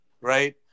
right